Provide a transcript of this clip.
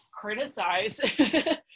criticize